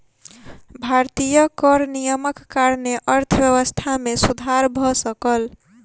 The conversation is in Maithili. भारतीय कर नियमक कारणेँ अर्थव्यवस्था मे सुधर भ सकल